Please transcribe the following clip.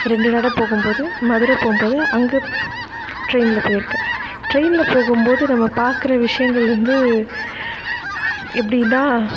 ரெண்டு நடை போகும்போது மதுரை போகும்போது அங்கே ட்ரெய்னில் போயிருக்கேன் ட்ரெய்னில் போகும்போது நம்ப பார்க்குற விஷயங்கள் வந்து எப்படினா